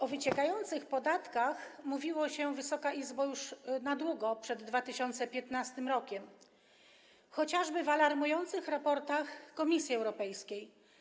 O wyciekających podatkach mówiło się już na długo przed 2015 r., chociażby w alarmujących raportach Komisji Europejskiej.